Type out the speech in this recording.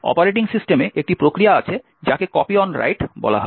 তবে অপারেটিং সিস্টেমে একটি প্রক্রিয়া আছে যাকে কপি অন রাইট বলা হয়